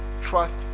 trust